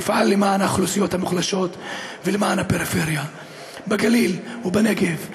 ואפעל למען האוכלוסיות המוחלשות ולמען הפריפריה בגליל ובנגב.